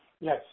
Yes